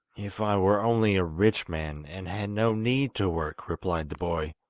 if i were only a rich man, and had no need to work replied the boy,